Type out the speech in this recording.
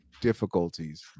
difficulties